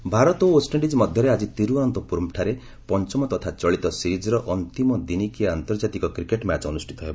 cricket Bharat ଓ West Indies ମଧ୍ୟରେ ଆଜି ତିରୁଅନନ୍ତପୁରମ୍ଠାରେ ପଞ୍ଚମ ତଥା ଚଳିତ ସିରିଜ୍ର ଅନ୍ତିମ ଦିନିକିଆ ଆନ୍ତର୍ଜାତିକ କ୍ରିକେଟ୍ ମ୍ୟାଚ୍ ଅନୁଷ୍ଠିତ ହେବ